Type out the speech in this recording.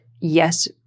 Yes